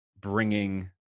bringing